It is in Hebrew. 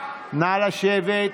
נא לשבת.